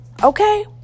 Okay